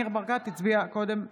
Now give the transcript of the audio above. ניר ברקת הצביע קודם נגד.